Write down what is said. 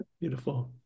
beautiful